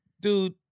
Dude